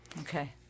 Okay